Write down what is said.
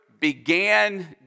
began